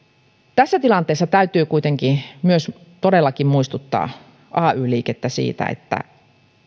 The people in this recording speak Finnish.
tässä tilanteessa täytyy kuitenkin myös todellakin muistuttaa ay liikettä siitä että